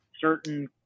certain